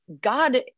God